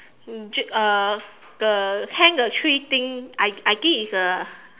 j~ uh the hang a tree thing I I think it's a